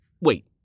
Wait